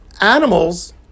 Animals